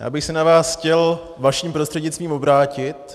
Já bych se na vás chtěl vaším prostřednictvím obrátit.